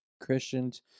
Christians